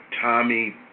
Tommy